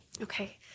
Okay